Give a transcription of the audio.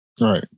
Right